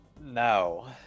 No